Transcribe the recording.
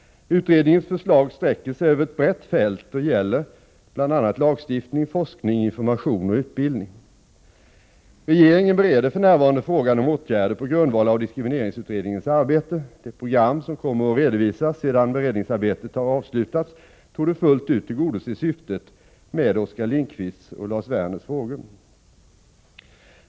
Utredningens förslag sträcker sig över ett brett fält och gäller bl.a. lagstiftning, forskning, information och utbildning. Regeringen bereder för närvarande frågan om åtgärder på grundval av diskrimineringsutredningens arbete. Det program som kommer att redovisas sedan beredningsarbetet avslutats torde fullt ut tillgodose syftet med Oskar Lindkvists och Lars Werners frågor.